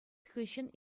хыҫҫӑн